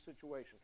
situation